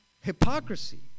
hypocrisy